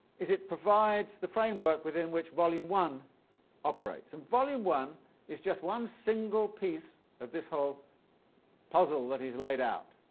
is it provides the framework within which volume one operates, and volume one is just one single piece of this whole puzzle that he's laid out.